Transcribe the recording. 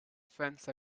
fence